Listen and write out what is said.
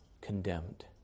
condemned